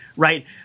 Right